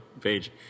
page